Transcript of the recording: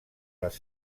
les